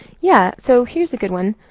yeah so here's a good one.